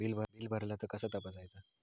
Bill भरला तर कसा तपसायचा?